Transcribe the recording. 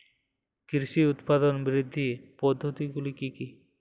কৃষির উৎপাদন বৃদ্ধির পদ্ধতিগুলি কী কী?